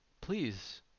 please